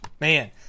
man